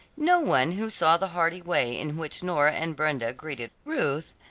no one who saw the hearty way in which nora and brenda greeted ruth,